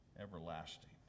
everlasting